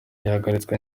yarahagaritswe